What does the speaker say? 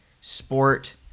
sport